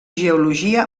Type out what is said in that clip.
geologia